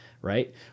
right